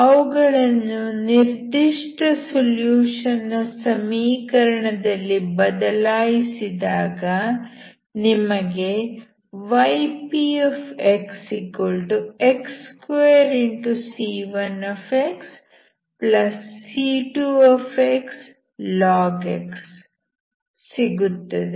ಅವುಗಳನ್ನು ನಿರ್ದಿಷ್ಟ ಸೊಲ್ಯೂಷನ್ ನ ಸಮೀಕರಣದಲ್ಲಿ ಬದಲಾಯಿಸಿದಾಗ ನಿಮಗೆ ypx2c1xc2log x ಸಿಗುತ್ತದೆ